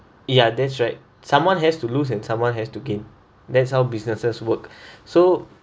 yeah that's right someone has to lose and someone has to gain that's how businesses work so